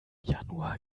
januar